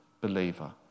believer